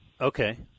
Okay